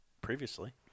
Previously